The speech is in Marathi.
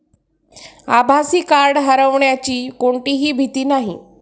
आभासी कार्ड हरवण्याची कोणतीही भीती नाही